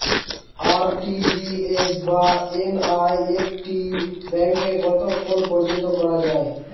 RTGS বা NEFT ব্যাংকে কতক্ষণ পর্যন্ত করা যায়?